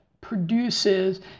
produces